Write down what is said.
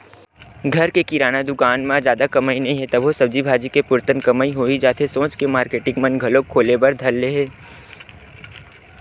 घर के किराना दुकान म जादा कमई नइ हे तभो सब्जी भाजी के पुरतन कमई होही जाथे सोच के मारकेटिंग मन घलोक खोले बर धर ले हे